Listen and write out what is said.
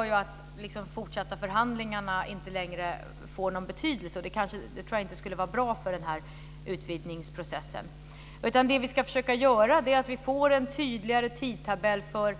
gör att de fortsatta förhandlingarna inte längre får någon betydelse. Det tror jag inte skulle vara bra för utvidgningsprocessen. Vi ska i stället försöka få en tydligare tidtabell för